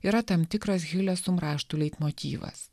yra tam tikras hilesum raštų leitmotyvas